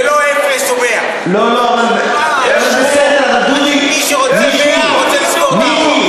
זה לא אפס או 100. מי שרוצה 100 רוצה לסגור את החוק.